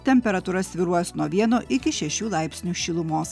temperatūra svyruos nuo vieno iki šešių laipsnių šilumos